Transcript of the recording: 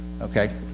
Okay